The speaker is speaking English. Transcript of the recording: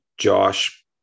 Josh